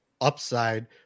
upside